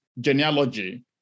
genealogy